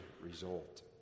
result